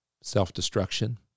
self-destruction